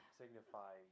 signify